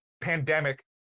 pandemic